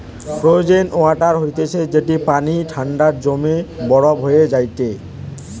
frozen water হতিছে যেটি পানি ঠান্ডায় জমে বরফ হয়ে যায়টে